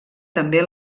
també